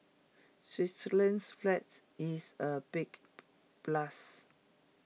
Switzerland's flags is A big plus